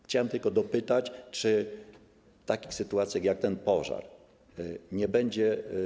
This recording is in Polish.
Chciałem tylko dopytać, czy w takich sytuacjach jak ten pożar nie będzie.